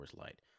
Light